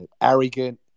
arrogant